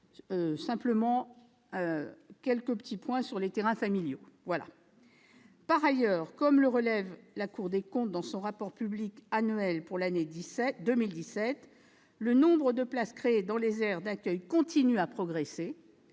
quelque progrès à faire concernant les terrains familiaux. Par ailleurs, comme le relève la Cour des comptes dans son rapport public annuel pour l'année 2017, le nombre de places créées dans des aires d'accueil continue à progresser